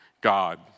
God